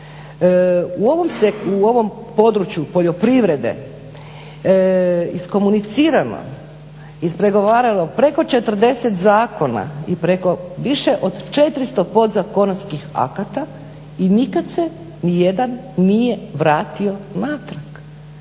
u ovom području poljoprivrede iskomunicirano ispregovaralo preko 40 zakona i preko više od 400 podzakonskih akata i nikad se nijedan nije vratio natrag.